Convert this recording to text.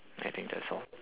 I think that's all